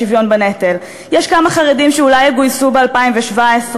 לשוויון בנטל: יש כמה חרדים שאולי יגויסו ב-2017,